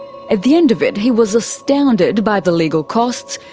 at the end of it, he was astounded by the legal costs,